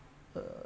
err